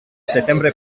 setembre